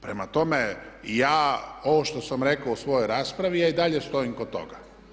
Prema tome, ja ovo što sam rekao u svojoj raspravi, ja i dalje stojim kod toga.